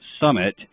Summit